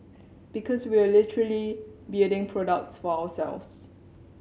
because we are literally building products for ourselves